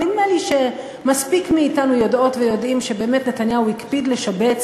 אבל נדמה לי שמספיק מאתנו יודעות ויודעים שבאמת נתניהו הקפיד לשבץ